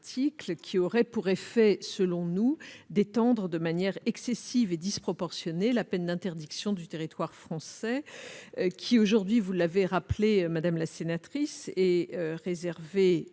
ayant pour effet, selon nous, d'étendre de manière excessive et disproportionnée la peine d'interdiction du territoire français. Aujourd'hui, vous l'avez rappelé, madame Cukierman, cette mesure